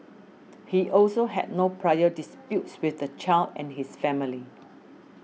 he also had no prior disputes with the child and his family